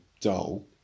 dull